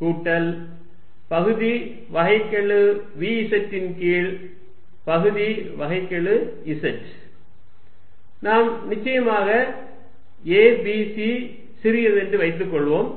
கூட்டல் பகுதி வகைக்கெழு vz ன் கீழ் பகுதி வகைக்கெழு z நாம் நிச்சயமாக a b c சிறியது என்று வைத்துக் கொள்வோம்